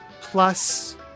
plus